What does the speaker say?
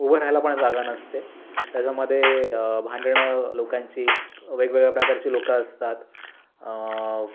उभं राहायला पण जागा नसते त्याच्यामध्ये भांडणं लोकांची वेगवेगळ्या प्रकारची लोक असतात